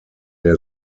der